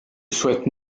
souhaite